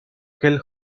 aquel